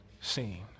seen